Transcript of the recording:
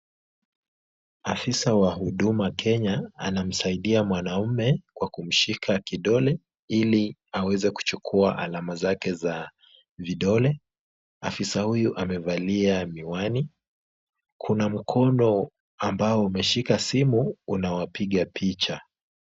Afisa wa huduma kenya anamsaidia mwanaume kwa kumshika kidole ili aweze kuchukua alama zake za vidole. Afisa huyu amevalia miwani. Kuna mkono ambao unashika simu, unawapiga picha.